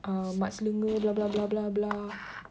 um mat selenger blah blah blah blah blah